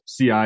CI